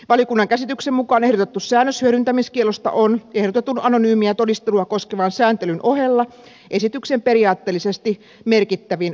valiokunnan käsityksen mukaan ehdotettu säännös hyödyntämiskiellosta on ehdotetun anonyymiä todistelua koskevan sääntelyn ohella esityksen periaatteellisesti merkittävin uudistus